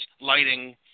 lighting